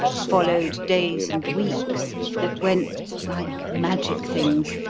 followed days and weeks that went like magic things,